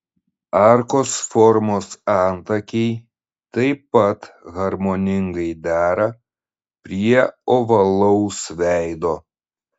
arkos formos antakiai taip pat harmoningai dera prie ovalaus veido